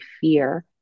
fear